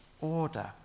order